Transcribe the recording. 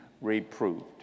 reproved